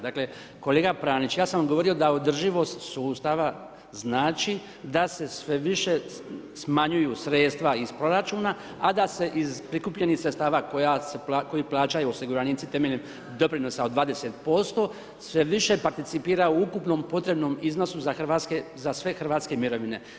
Dakle, kolega Pranić ja sam vam govorio da održivost sustava znači da se sve više smanjuju sredstva iz proračuna, a da se iz prikupljenih sredstava koja se, koji plaćanju osiguranici temeljem doprinosa od 20% sve više participira u ukupnom potrebnom iznosu za hrvatske, za sve hrvatske mirovine.